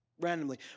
randomly